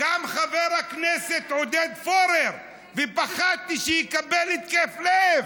קם חבר הכנסת עודד פורר ופחדתי שהוא יקבל התקף לב.